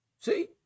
See